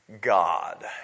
God